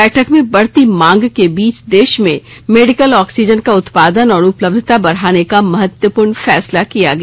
बैठक में बढती मांग के बीच देश में मेडिकल ऑक्सीजन का उत्पादन और उपलब्धता बढाने का महत्वपूर्ण फैसला किया गया